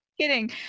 Kidding